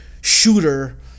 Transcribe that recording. shooter